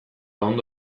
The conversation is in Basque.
ondo